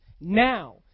Now